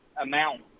amount